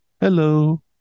hello